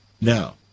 now